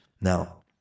Now